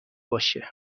باشه